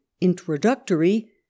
Introductory